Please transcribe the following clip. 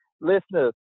listeners